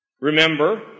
remember